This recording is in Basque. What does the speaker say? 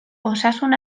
osasun